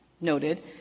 noted